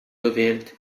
gewählt